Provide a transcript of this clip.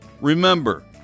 Remember